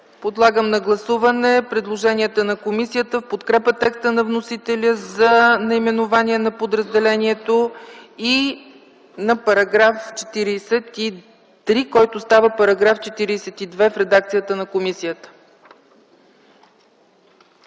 Подлагам на гласуване предложението на комисията в подкрепа текста на вносителя за наименованието на подразделението и на § 43, който става § 42, в редакция на комисията.